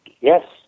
Yes